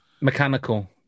mechanical